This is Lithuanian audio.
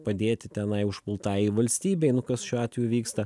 padėti tenai užpultajai valstybei nu kas šiuo atveju vyksta